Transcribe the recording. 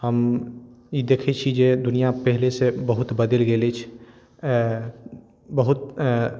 हम ई देखै छी जे दुनिआ पहिलेसँ बहुत बदलि गेल अछि बहुत